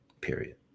period